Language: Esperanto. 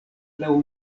laŭ